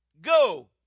go